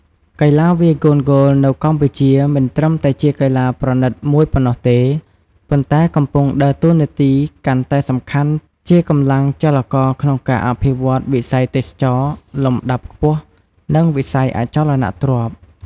កីឡាវាយកូនហ្គោលនៅកម្ពុជាមិនត្រឹមតែជាកីឡាប្រណីតមួយប៉ុណ្ណោះទេ ប៉ុន្តែកំពុងដើរតួនាទីកាន់តែសំខាន់ជាកម្លាំងចលករក្នុងការអភិវឌ្ឍវិស័យទេសចរណ៍លំដាប់ខ្ពស់ និងវិស័យអចលនទ្រព្យ។